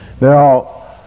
Now